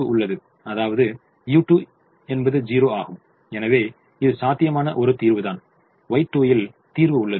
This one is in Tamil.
அதாவது u2 என்பது 0 ஆகும் எனவே இது சாத்தியமான ஒரு தீர்வுதான் Y2 ல் தீர்வு உள்ளது